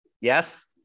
Yes